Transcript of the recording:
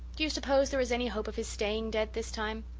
do you suppose there is any hope of his staying dead this time?